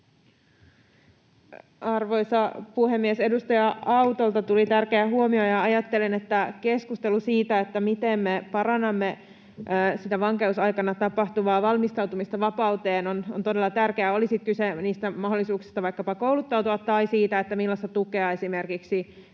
Arvoisa puhemies! Edustaja Autolta tuli tärkeä huomio. Ajattelen, että keskustelu siitä, miten me parannamme sitä vankeusaikana tapahtuvaa valmistautumista vapauteen, on todella tärkeää, oli sitten kyse niistä mahdollisuuksista vaikkapa kouluttautua, tai siitä, millaista tukea esimerkiksi